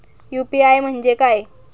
UPI म्हणजे काय?